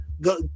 go